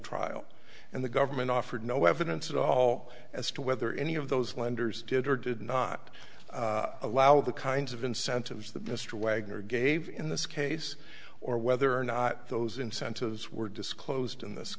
trial and the government offered no evidence at all as to whether any of those lenders did or did not allow the kinds of incentives that mr wagner gave in this case or whether or not those incentives were disclosed in this